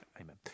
Amen